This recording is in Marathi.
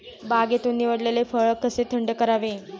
बागेतून निवडलेले फळ कसे थंड करावे?